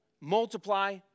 multiply